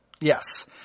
Yes